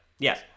Yes